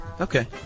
Okay